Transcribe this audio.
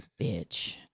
Bitch